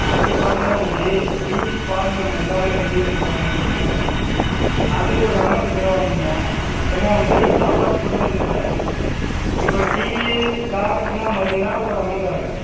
அன்றைக்குப் பார்த்தீங்கன்னா தம்பி டீ பால் நம்ம எல்லாமே ரெடி பண்ணிக்கலாம் ஒன்றும் பிரச்சின இல்லை அதுக்கு ஒரு அமௌண்ட்டு செலவாவும்ய்யா ஏன்னால் வந்து நீ சாப்பாட்டுக்கு மட்டும் தான் சொல்கிற இப்போ டீயி காப்பிக்குலாம் பார்த்தீங்கன்னா ஒரு அமௌண்ட்டு ஆகும்